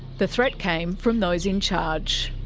the threat came from those in charge.